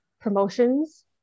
promotions